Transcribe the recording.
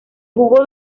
jugo